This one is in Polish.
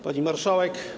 Pani Marszałek!